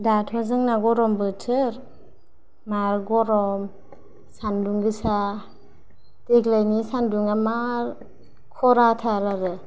दाथ' जोंना गरम बोथोर मार गरम सानदुं गोसा देग्लायनि सानदुंआ मार खराथार आरो